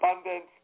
abundance